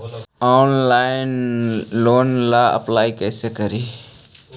Online loan ला apply कैसे करी?